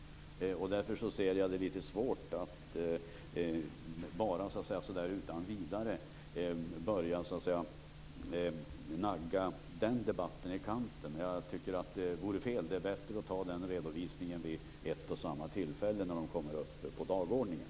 Därför ser jag det som litet svårt att utan vidare börja nagga den debatten i kanten. Jag tycker att det vore fel. Det är bättre att ta den redovisningen vid ett och samma tillfälle när ärendet kommer upp på dagordningen.